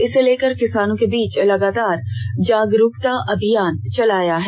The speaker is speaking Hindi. इसे लेकर किसानों के बीच लगातार जागरूकता अभियान चलाया है